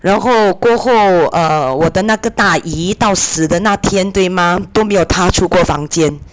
然后过后 err 我的那个大姨到死的那天对吗都没有踏出过房间